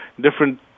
different